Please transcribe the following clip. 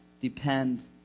depend